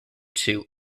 two